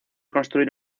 construir